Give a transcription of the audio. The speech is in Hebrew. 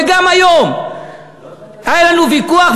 וגם היום היה לנו ויכוח,